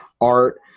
art